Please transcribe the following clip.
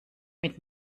mit